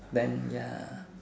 then ya